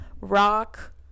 rock